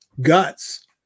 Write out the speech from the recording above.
guts